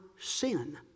sin